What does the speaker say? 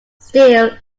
steel